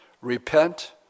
Repent